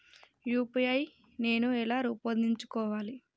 UPI నేను ఎలా రూపొందించుకోవాలి?